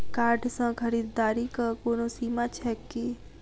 Card सँ खरीददारीक कोनो सीमा छैक की?